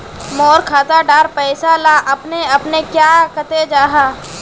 मोर खाता डार पैसा ला अपने अपने क्याँ कते जहा?